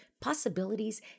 possibilities